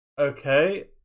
Okay